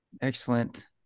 Excellent